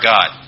God